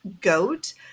goat